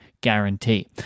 guarantee